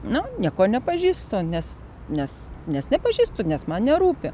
na nieko nepažįstu nes nes nes nepažįstu nes man nerūpi